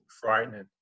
frightening